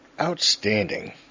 outstanding